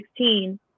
2016